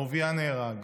אהוביה נהרג.